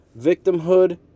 victimhood